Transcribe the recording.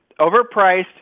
Overpriced